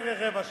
בערך, רבע שעה.